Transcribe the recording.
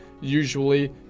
usually